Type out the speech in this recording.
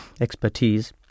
expertise